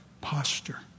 posture